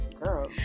girl